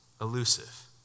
elusive